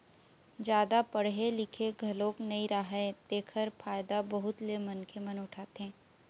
जादा पड़हे लिखे घलोक नइ राहय तेखर फायदा बहुत ले मनखे मन उठाथे